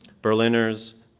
berliners